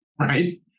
Right